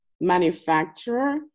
manufacturer